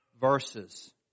verses